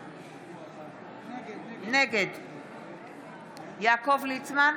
נגד יעקב ליצמן,